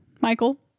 michael